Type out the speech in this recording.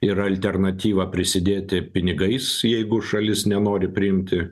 ir alternatyva prisidėti pinigais jeigu šalis nenori priimti